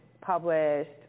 published